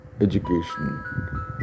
education